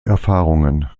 erfahrungen